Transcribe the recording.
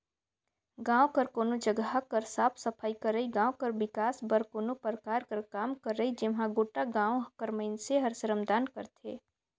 गाँव कर कोनो जगहा कर साफ सफई करई, गाँव कर बिकास बर कोनो परकार कर काम करई जेम्हां गोटा गाँव कर मइनसे हर श्रमदान करथे